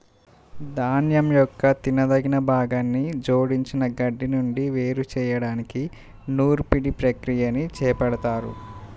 ధాన్యం యొక్క తినదగిన భాగాన్ని జోడించిన గడ్డి నుండి వేరు చేయడానికి నూర్పిడి ప్రక్రియని చేపడతారు